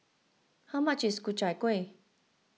how much is Ku Chai Kueh